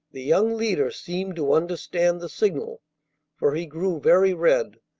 the young leader seemed to understand the signal for he grew very red,